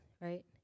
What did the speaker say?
right